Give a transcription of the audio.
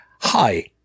hi